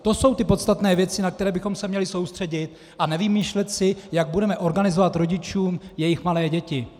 To jsou ty podstatné věci, na které bychom se měli soustředit, a nevymýšlet si, jak budeme organizovat rodičům jejich malé děti.